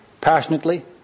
passionately